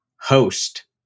host